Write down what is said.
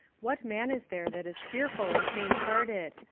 what man is there that is fearful and fainthearted?